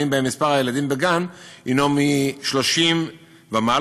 שבהם מספר הילדים בגן הנו מ-30 ומעלה,